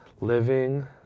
Living